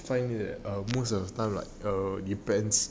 find it that err most of the time like err depends